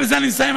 ובזה אני מסיים,